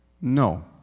No